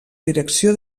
direcció